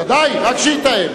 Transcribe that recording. ודאי, רק שיתאם.